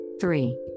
three